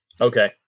Okay